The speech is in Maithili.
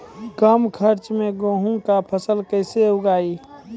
कम खर्च मे गेहूँ का फसल कैसे उगाएं?